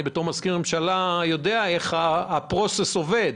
בתור מזכיר ממשלה אני יודע איך זה עובד